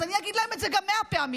אז אני אגיד להם את זה גם מאה פעמים.